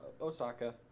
Osaka